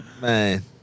Man